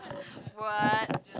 what